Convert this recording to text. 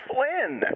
Flynn